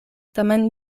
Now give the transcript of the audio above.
tamen